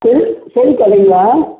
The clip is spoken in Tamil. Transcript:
செல் செல் கடைங்களா